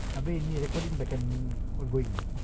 tapi ini recording akan ongoing